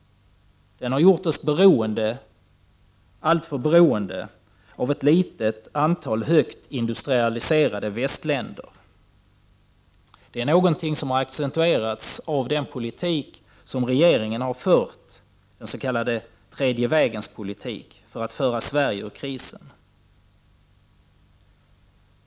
Den har gjort oss alltför beroende av ett litet antal högt industrialiserade västländer. Det är något som har accentuerats av den politik som regeringen har fört, den s.k. tredje vägens politik för att föra Sverige ur krisen.